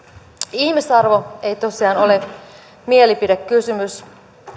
ihmisarvo ei tosiaan ole mielipidekysymys